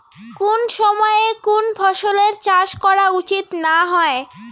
কুন সময়ে কুন ফসলের চাষ করা উচিৎ না হয়?